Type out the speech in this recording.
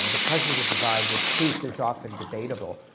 and because of the divide, the truth is often debatable.